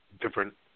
different